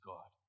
God